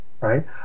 right